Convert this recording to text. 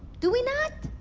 do we not?